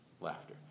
laughter